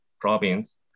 province